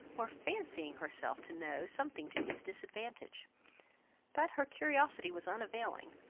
or fancying herself to know something to his disadvantage but her curiosity was unavailing,